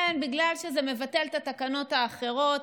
כן, בגלל שזה מבטל את התקנות האחרות.